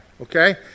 okay